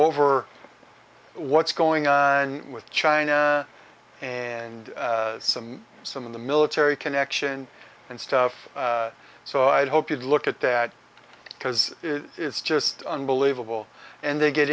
over what's going on with china and some some of the military connection and stuff so i'd hope you'd look at that because it's just unbelievable and they get